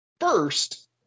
first